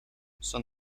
son